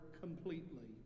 completely